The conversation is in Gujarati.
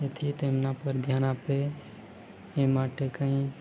તેથી તેમના પર ધ્યાન આપે એ માટે કંઈ